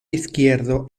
izquierdo